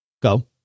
Go